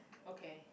okay